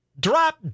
Drop